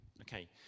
okay